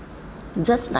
just like